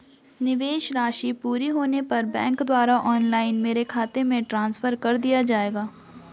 निवेश राशि पूरी होने पर बैंक द्वारा ऑनलाइन मेरे खाते में ट्रांसफर कर दिया जाएगा?